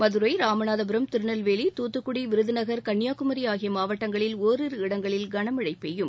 மதுரை ராமநாதபுரம் திருநெல்வேலி தூத்துக்குடி விருதுநகர் கன்னியாகுமரி மாவட்டங்களில் ஒரிரு இடங்களில் கனமழை பெய்யும்